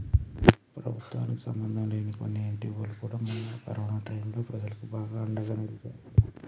ప్రభుత్వానికి సంబంధంలేని కొన్ని ఎన్జీవోలు కూడా మొన్న కరోనా టైంలో ప్రజలకు బాగా అండగా నిలిచాయి